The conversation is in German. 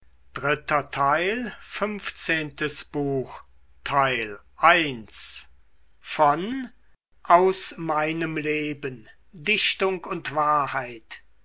wolfgang goethe aus meinem leben dichtung und wahrheit